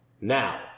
Now